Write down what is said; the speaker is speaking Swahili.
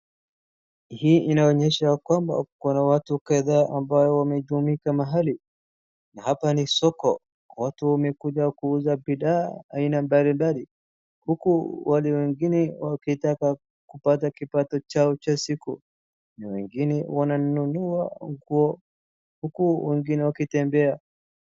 Hii inaonyesha ya kwamba kuna watu kadhaa ambao wametumika mahali na hapa ni soko. Watu wamekuja kuuza bidhaa aina mbalimbali uku wale wengine wakitaka kupata kipato chao cha siku na wengine wananunua nguo uku wengine wakitembea.